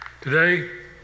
Today